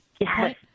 Yes